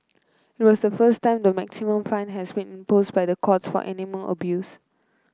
it was the first time the maximum fine had been imposed by the courts for animal abuse